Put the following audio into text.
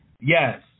Yes